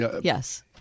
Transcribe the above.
Yes